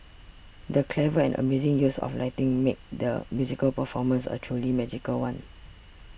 the clever and amazing use of lighting made the musical performance a truly magical one